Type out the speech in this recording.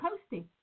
coasting